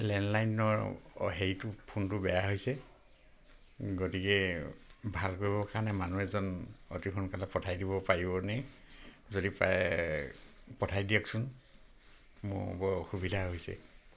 লেণ্ডলাইনৰ হেৰিটো ফোনটো বেয়া হৈছে গতিকে ভাল কৰিবৰ কাৰণে মানুহ এজন অতি সোনকালে পঠাই দিব পাৰিবনে যদি পাৰে পঠাই দিয়কচোন মোৰ বৰ অসুবিধা হৈছে